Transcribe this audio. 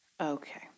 Okay